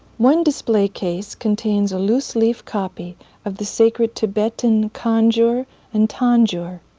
one display case contains a loose-leaf copy of the sacred tibetan kanjur and tanjur,